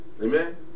Amen